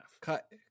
Cut